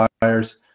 buyers